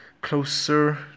closer